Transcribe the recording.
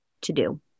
to-do